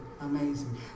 amazing